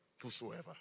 whosoever